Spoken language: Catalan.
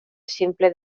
simple